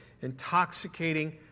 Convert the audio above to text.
intoxicating